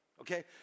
Okay